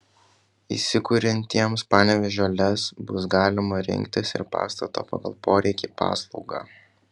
įsikuriantiems panevėžio lez bus galima rinktis ir pastato pagal poreikį paslaugą